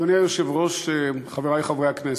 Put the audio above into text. גברתי היושבת-ראש, חברי חברי הכנסת,